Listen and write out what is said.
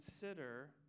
consider